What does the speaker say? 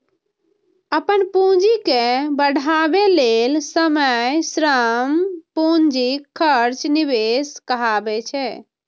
अपन पूंजी के बढ़ाबै लेल समय, श्रम, पूंजीक खर्च निवेश कहाबै छै